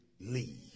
leave